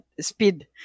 speed